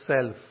self